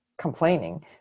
complaining